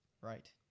Right